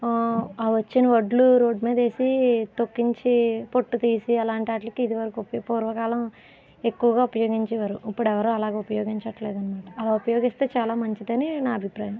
ఆ వచ్చిన వడ్లు రోడ్ మీద వేసి తొక్కించి పొట్టు తీసి అలాంటి వాటికి ఇదివరకు ఉప్యొ పూర్వకాలం ఎక్కువగా ఉపయోగించేవారు ఇప్పుడు ఎవరు అలా ఉపయోగించట్లేదన్నమాట అలా ఉపయోగిస్తే చాలా మంచిదని నా అభిప్రాయం